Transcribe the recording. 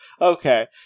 Okay